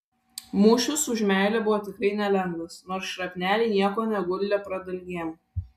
mūšis už meilę buvo tikrai nelengvas nors šrapneliai nieko neguldė pradalgėm